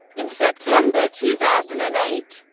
in september two thousand and eight,